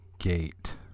Gate